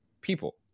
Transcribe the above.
people